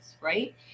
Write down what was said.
right